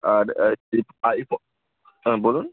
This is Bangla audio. আর এই আইফোন হ্যাঁ বলুন